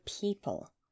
people